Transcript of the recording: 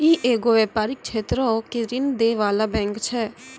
इ एगो व्यपारिक क्षेत्रो के ऋण दै बाला बैंक छै